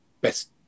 best